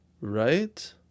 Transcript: right